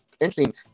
interesting